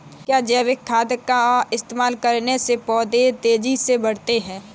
क्या जैविक खाद का इस्तेमाल करने से पौधे तेजी से बढ़ते हैं?